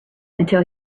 until